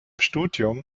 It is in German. studium